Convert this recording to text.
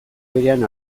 berean